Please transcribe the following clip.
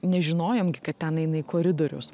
nežinojom gi kad ten eina į koridorius